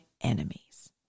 enemies